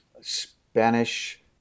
Spanish